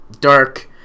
Dark